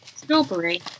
Strawberry